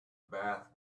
bath